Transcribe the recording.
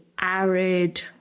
arid